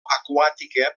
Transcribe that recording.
aquàtica